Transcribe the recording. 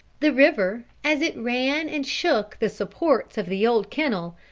the river, as it ran and shook the supports of the old kennel,